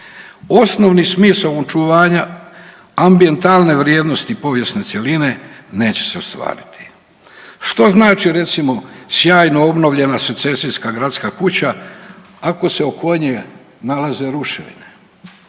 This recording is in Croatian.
osnovni smisao očuvanja ambijentalne vrijednosti povijesne cjeline neće se ostvariti. Što znači recimo, sjajno obnovljena secesijska gradska kuća ako se oko nje nalaze ruševine?